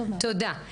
תודה.